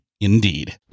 Indeed